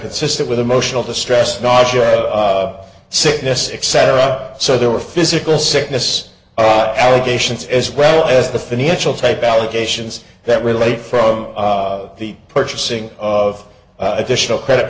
consistent with emotional distress not sure a sickness except so there were physical sickness allegations as well as the financial type allegations that relate from the purchasing of additional credit